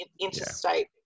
interstate